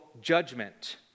judgment